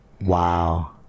Wow